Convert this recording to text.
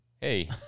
hey